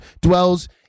dwells